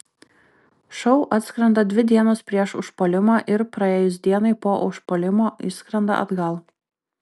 šou atskrenda dvi dienos prieš užpuolimą ir praėjus dienai po užpuolimo išskrenda atgal